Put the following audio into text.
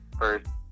first